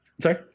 sorry